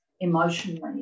emotionally